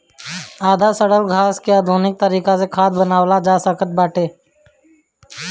आधा सड़ल घास के आधुनिक तरीका से खाद बनावल जा सकत बाटे